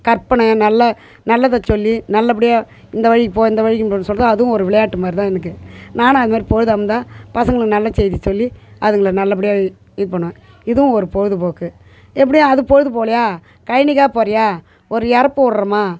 கற்பனையாக நல்ல நல்லதை சொல்லி நல்லபடியாக இந்த வழிக்கு போ இந்த வழிக்கு சொல்கிறது அதுவும் ஒரு விளையாட்டு மாதிரி தான் எனக்கு நானும் அதுமாதிரி பொழுதா இருந்தால் பசங்களுக்கு நல்ல செய்தி சொல்லி அதுங்களை நல்லபடியாக இ இது பண்ணுவேன் இதுவும் ஒரு பொழுதுபோக்கு எப்படியும் அது பொழுது போகலையா கயனிக்காக போகறியா ஒரு எறப்பு விட்றோமா